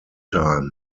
time